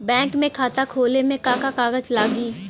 Bank में खाता खोले मे का का कागज लागी?